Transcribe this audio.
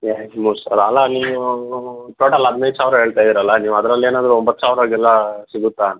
ಎರಡು ಮೂರು ಸಾವಿರ ಅಲ್ಲ ನೀವು ಟೋಟಲ್ ಹದಿನೈದು ಸಾವಿರ ಹೇಳ್ತಾಯಿದ್ದೀರಲ್ಲ ನೀವು ಅದ್ರಲ್ಲೇನಾದ್ರೂ ಒಂಬತ್ತು ಸಾವಿರಗೆಲ್ಲ ಸಿಗುತ್ತಾ